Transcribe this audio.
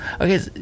Okay